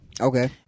Okay